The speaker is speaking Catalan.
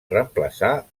reemplaçar